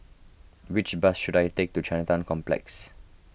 which bus should I take to Chinatown Complex